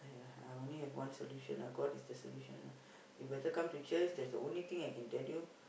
ya I only have one solution ah God is the solution ah you better come to church that is the only thing I can tell you